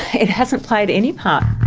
it hasn't played any part.